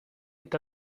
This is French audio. est